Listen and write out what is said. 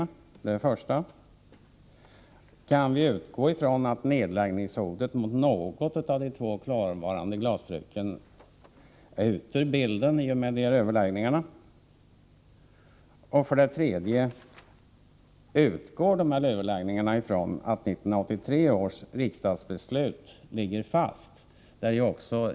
Den andra frågan är: Kan vi utgå från att nedläggningshotet mot något av de två kvarvarande glasbruken försvinner i och med överläggningarna? Den tredje frågan är: Utgår dessa överläggningar från att 1983 års riksdagsbeslut ligger fast?